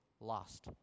lost